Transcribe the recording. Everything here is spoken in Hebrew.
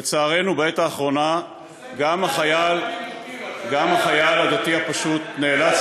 לצערנו, בעת האחרונה גם החייל הדתי הפשוט, אילן.